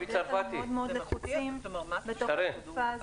הם בדרך כלל מאוד לחוצים בתקופה הזאת.